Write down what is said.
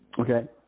Okay